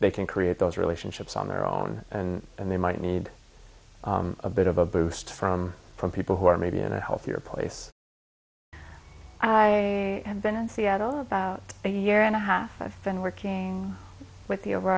they can create those relationships on their own and they might need a bit of a boost from people who are maybe in a healthier place i have been in seattle about a year and a half i've been working with the over